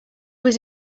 was